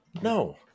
No